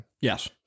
Yes